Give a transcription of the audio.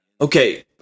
Okay